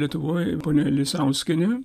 lietuvoj ponia lisauskienė